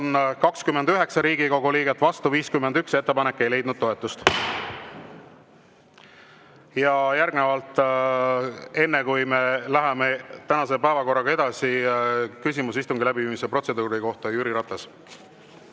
Järgnevalt, enne, kui me läheme tänase päevakorraga edasi, küsimus istungi läbiviimise protseduuri kohta, Jüri Ratas.